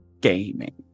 gaming